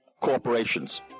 corporations